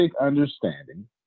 understanding